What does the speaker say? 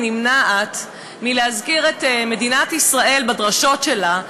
נמנעת מלהזכיר את מדינת ישראל בדרשות שלה,